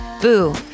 Boo